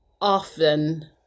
often